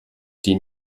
die